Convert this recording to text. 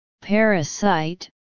parasite